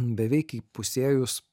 beveik įpusėjus